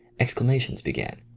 exclamations began